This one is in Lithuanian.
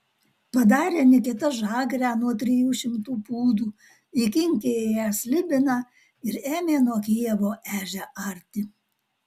padarė nikita žagrę nuo trijų šimtų pūdų įkinkė į ją slibiną ir ėmė nuo kijevo ežią arti